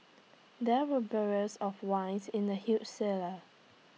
there were barrels of wines in the huge cellar